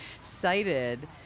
cited